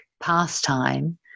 pastime